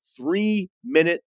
three-minute